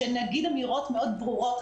חשוב שנגיד אמירות ברורות מאוד.